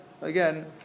again